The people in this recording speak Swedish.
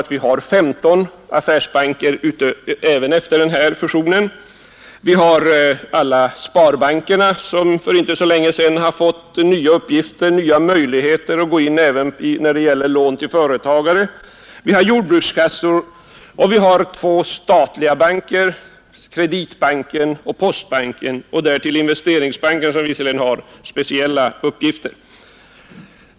Vi har 15 affärsbanker även efter den här fusionen. Vi har alla sparbankerna, som inte för så länge sedan har fått nya uppgifter och nya möjligheter att gå in med lån till företagare. Vi har jordbrukskassor och två statliga banker — Kreditbanken och postbanken — och vi har även Investeringsbanken, som visserligen har speciella uppgifter.